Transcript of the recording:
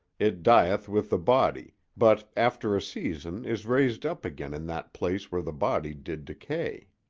it dieth with the body, but after a season is raised up again in that place where the body did decay.